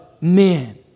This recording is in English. men